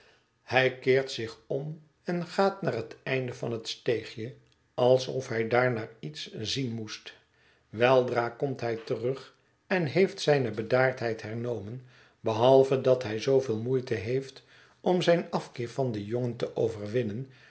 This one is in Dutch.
hij keert zich om en gaat naar het eind van het steegje alsof hij daar naar iets zien moest weldra komt hij terug en heeft zijne bedaardheid hernomen behalve dat hij zooveel moeite heeft om zijn afkeer van den jongen te overwinnen